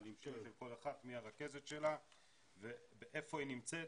אבל עם שם של כל אחת מי הרכזת שלה ואיפה היא נמצאת,